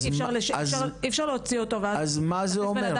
אי אפשר להוציא אותו ולהכניס בן אדם לתוך שטח --- אז מה זה אומר?